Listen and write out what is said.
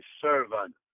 servant